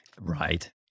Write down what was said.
Right